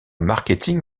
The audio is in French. marketing